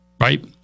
right